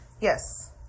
Yes